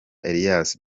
elias